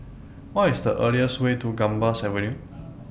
What IS The easiest Way to Gambas Avenue